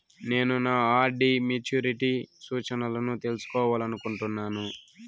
నేను నా RD maturity సూచనలను తెలుసుకోవాలనుకుంటున్నాను